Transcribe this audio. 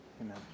Amen